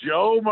Joe